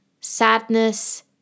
sadness